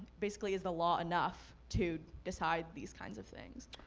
basically is the law enough to decide these kinds of things?